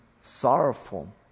sorrowful